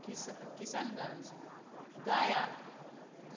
किश Kishanganj गया